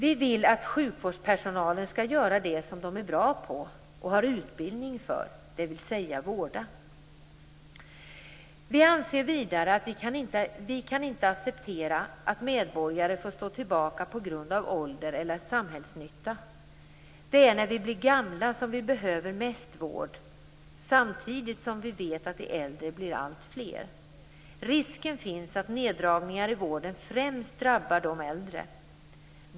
Vi vill att sjukvårdspersonalen skall göra det som den är bra på och har utbildning för, dvs. vårda. Vi kristdemokrater kan inte acceptera att medborgare får stå tillbaka på grund av ålder eller samhällsnytta. Det är när vi blir gamla som vi behöver mest vård samtidigt som vi vet att de äldre blir allt fler. Risken finns att neddragningar i vården främst drabbar de äldre.